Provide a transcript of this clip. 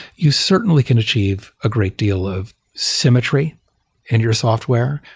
you certainly can achieve a great deal of symmetry in your software,